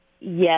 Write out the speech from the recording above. Yes